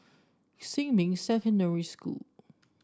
Xinmin Secondary School